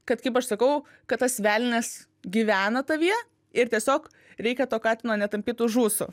kad kaip aš sakau kad tas velnias gyvena tavyje ir tiesiog reikia to katino netampytų už ūsų